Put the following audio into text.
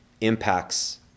impacts